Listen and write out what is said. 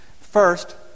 First